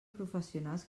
professionals